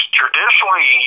traditionally